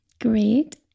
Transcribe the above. Great